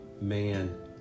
man